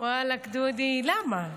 ואלכ, דודי, למה?